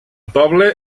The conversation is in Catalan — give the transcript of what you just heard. poble